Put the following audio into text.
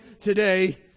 today